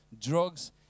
drugs